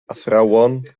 athrawon